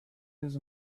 his